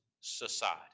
society